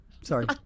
sorry